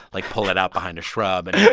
like, pull it out behind a shrub and,